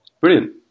Brilliant